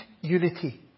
unity